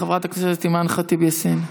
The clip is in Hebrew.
חברת הכנסת אימאן ח'טיב יאסין,